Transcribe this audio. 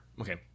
Okay